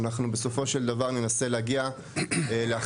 ואנחנו בסופו של דבר ננסה להגיע להכרעה